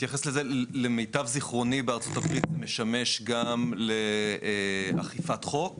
למיטב זיכרוני בארה"ב הוא משמש גם לאכיפת חוק